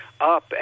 up